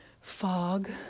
fog